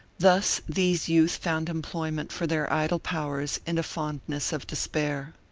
thus these youth found employment for their idle powers in a fondness of despair.